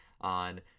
on